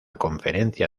conferencia